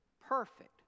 perfect